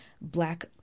black